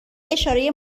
اشاره